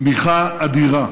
תמיכה אדירה,